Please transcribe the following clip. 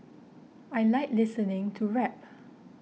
I like listening to rap